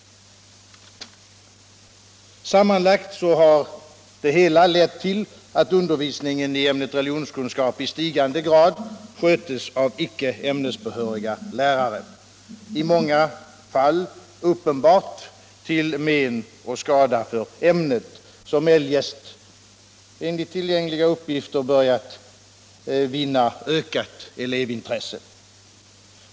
Sammanlagt har det hela lett till att undervisningen i ämnet religionskunskap i stigande grad skötes av icke ämnesbehöriga lärare. I många fall är detta uppenbart till men för ämnet, som eljest enligt tillgängliga uppgifter börjat vinna ökat elevintresse.